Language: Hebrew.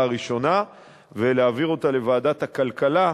הראשונה ולהעביר אותה לוועדת הכלכלה,